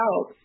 out